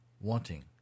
wanting